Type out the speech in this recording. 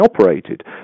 operated